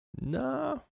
No